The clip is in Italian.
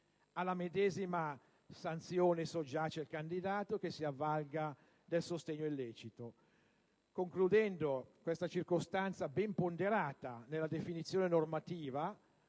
Alla medesima sanzione soggiace il candidato che si avvalga del sostegno illecito: circostanza ben ponderata nella definizione normativa,